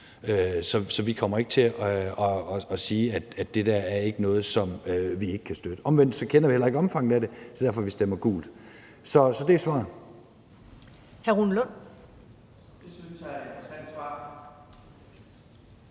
Så vi kommer ikke til at sige, at det der er noget, vi ikke kan støtte, men omvendt kender vi heller ikke omfanget af det, og derfor stemmer vi gult. Det er overordnet